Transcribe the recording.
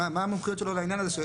מה המומחיות שלו לעניין הזה?